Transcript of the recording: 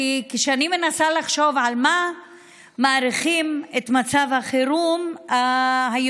כי כשאני מנסה לחשוב על מה מאריכים את מצב החירום היום,